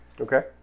okay